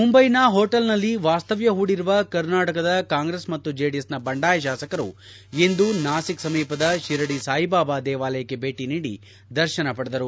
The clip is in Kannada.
ಮುಂಬೈನ ಹೋಟೆಲ್ನಲ್ಲಿ ವಾಸ್ತವ್ಯ ಹೂಡಿರುವ ಕರ್ನಾಟಕದ ಕಾಂಗ್ರೆಸ್ ಮತ್ತು ಜೆಡಿಎಸ್ನ ಬಂಡಾಯ ಶಾಸಕರು ಇಂದು ನಾಸಿಕ್ ಸಮೀಪದ ಶಿರಡಿ ಸಾಯಿಬಾಬಾ ದೇವಾಲಯಕ್ಕೆ ಭೇಟಿ ನೀಡಿ ದರ್ಶನ ಪಡೆದರು